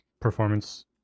performance